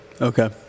Okay